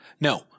No